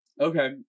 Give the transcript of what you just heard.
Okay